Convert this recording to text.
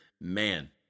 Man